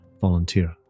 volunteer